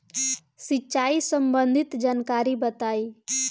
सिंचाई संबंधित जानकारी बताई?